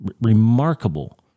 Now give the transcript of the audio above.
remarkable